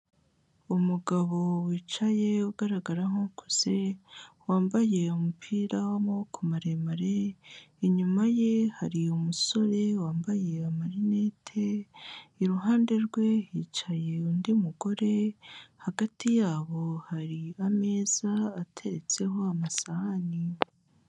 Umugabo wicaye ugaragara nk'ukoze, wambaye umupira w'amaboko maremare, inyuma ye hari umusore wambaye amarinete, iruhande rwe hicaye undi mugore, hagati yabo hari ameza ateretseho amasahane.